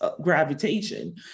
gravitation